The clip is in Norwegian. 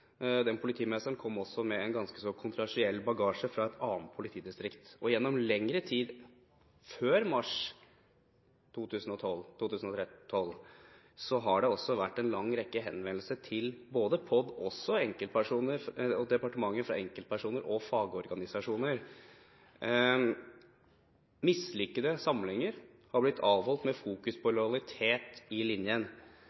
politimesteren kom også med en ganske så kontroversiell bagasje fra et annet politidistrikt. Gjennom lengre tid, før mars 2012, har det også vært en lang rekke henvendelser til både POD og departementet fra enkeltpersoner og fagorganisasjoner. Mislykkede samlinger er blitt avholdt med fokus på